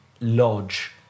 lodge